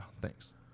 thanks